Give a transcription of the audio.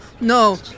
no